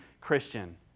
Christian